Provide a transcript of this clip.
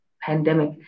pandemic